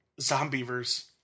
zombievers